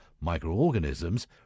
microorganisms